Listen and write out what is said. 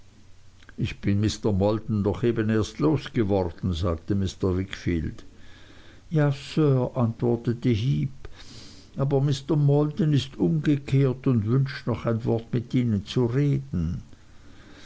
ich bin mr maldon doch eben erst los geworden sagte mr wickfield ja sir antwortete heep aber mr maldon ist umgekehrt und wünscht noch ein wort mit ihnen zu reden